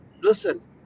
listen